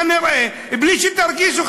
כנראה בלי שתרגישו,